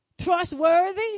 Trustworthy